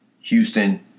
Houston